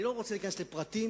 אני לא רוצה להיכנס לפרטים,